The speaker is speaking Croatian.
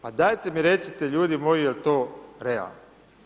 Pa dajte mi recite ljudi moji jel' to realno?